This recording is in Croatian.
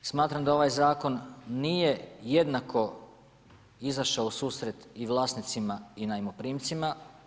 Smatram da ovaj zakon nije jednako izašao u susret i vlasnicima i najmoprimcima.